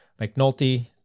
McNulty